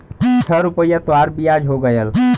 छह रुपइया तोहार बियाज हो गएल